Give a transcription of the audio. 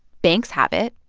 banks have it.